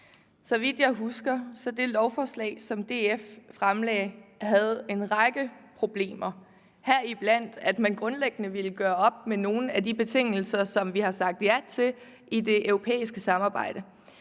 Så vidt jeg husker, var der i det lovforslag, som DF fremsatte, en række problemer, heriblandt at man grundlæggende ville gøre op med nogle af de betingelser, som vi har sagt ja til i det europæiske samarbejde.